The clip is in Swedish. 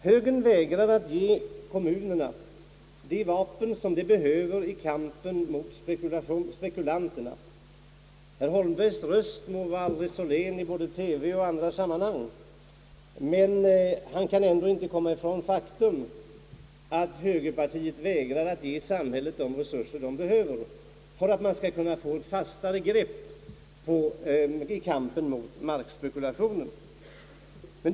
Högern vägrar att ge kommunerna det vapen som de behöver i kampen mot spekulanterna. Herr Holmbergs röst må vara aldrig så len både i TV och andra sammanhang — han kan ändå inte komma ifrån det faktum att högerpartiet vägrar ge samhället de resurser som behövs för att man skall kunna få ett fastare grepp i kampen mot markspekulationen.